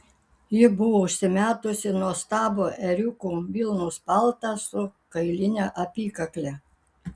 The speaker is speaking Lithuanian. ji buvo užsimetusi nuostabų ėriukų vilnos paltą su kailine apykakle